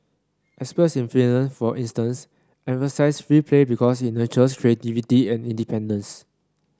experts in Finland for instance emphasise free play because it nurtures creativity and independence